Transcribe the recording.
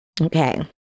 Okay